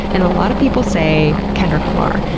and a lot of people say kendrick lamar.